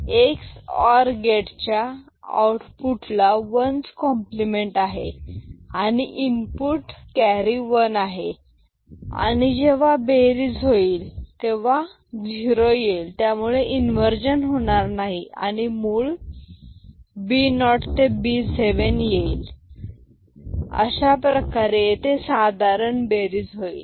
x OR gate च्या out फुटला ones complement आहे आणि इनपुट कॅरी वन आहे आणि जेव्हा बेरीज होईल तेव्हा झिरो येईल त्यामुळे इन्वर्जन होणार नाही आणि मूळ B 0 ते B 7 येईल अशा प्रकारे येथे साधारण बेरीज होईल